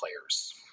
players